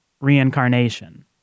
Reincarnation